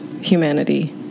humanity